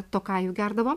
tokajų gerdavo